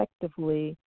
effectively